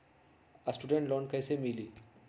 Student loan कैसे मिली?